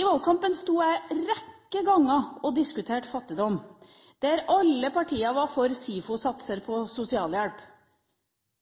I valgkampen sto jeg en rekke ganger og diskuterte fattigdom, der alle partier var for SIFO-satser på sosialhjelp.